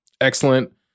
excellent